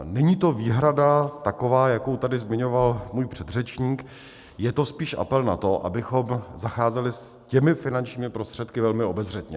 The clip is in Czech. Není to výhrada taková, jakou tady zmiňoval můj předřečník, je to spíš apel na to, abychom zacházeli s těmi finančními prostředky velmi obezřetně.